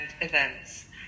events